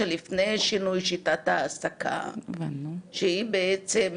שלפני שינוי שיטת העסקה, שהיא בעצם,